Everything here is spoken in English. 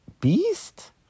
Beast